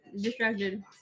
distracted